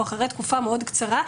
או אחרי תקופה מאוד קצרה,